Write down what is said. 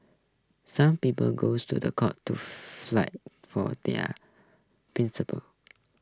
some people goes to the court to flight for their principles